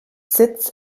sitz